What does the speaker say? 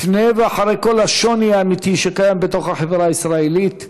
לפני ואחרי כל השוני האמיתי שקיים בתוך החברה הישראלית,